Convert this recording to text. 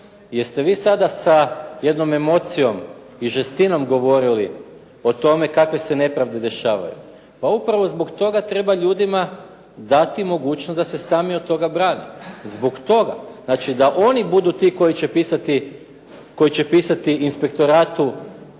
Jeste vi sada sa jednom emocijom i žestinom govorili o tome kakve se nepravde dešavaju? Pa upravo zbog toga treba ljudima dati mogućnost da se sami od toga brane. Zbog toga. Znači, da oni budu ti koji će pisati inspektoratu